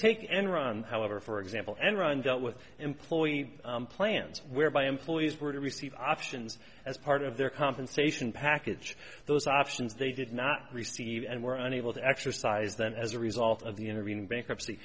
take enron however for example enron dealt with employee plans whereby employees were to receive options as part of their compensation package those options they did not receive and were unable to exercise then as a result of the intervening bankruptcy